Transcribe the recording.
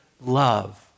love